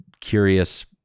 curious